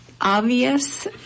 obvious